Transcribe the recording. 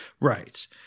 Right